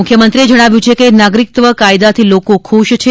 મુખ્યમંત્રીએ જણાવ્યું છે કે નાગરિકત્વ કાયદાથી લોકો ખુશ છે